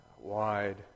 wide